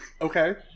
okay